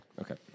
Okay